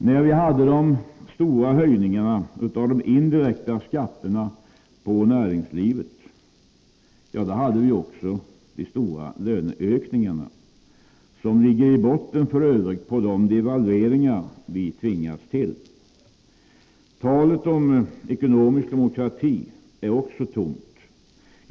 När vi hade de stora höjningarna av de indirekta skatterna på näringslivet, hade vi också de stora löneökningarna, som ligger i botten på de devalveringar vi tvingats till. Talet om ekonomisk demokrati är också tomt.